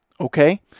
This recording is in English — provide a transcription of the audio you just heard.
Okay